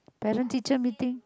parent teacher meeting